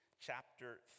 chapter